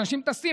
אנשים טסים,